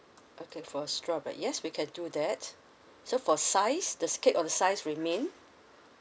okay for strawberry yes we can do that so for size the cake on size remain